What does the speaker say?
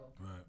Right